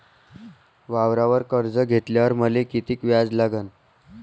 वावरावर कर्ज घेतल्यावर मले कितीक व्याज लागन?